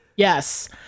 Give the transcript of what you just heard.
Yes